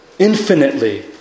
infinitely